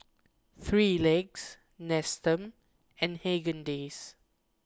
three Legs Nestum and Haagen Dazs